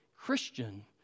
Christian